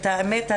את האמת,